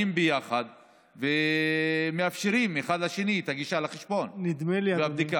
שבה חיים ביחד ומאפשרים אחד לשני גישה לחשבון ובדיקה.